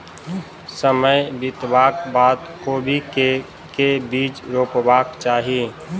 समय बितबाक बाद कोबी केँ के बीज रोपबाक चाहि?